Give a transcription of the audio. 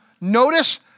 notice